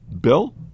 Bill